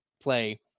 play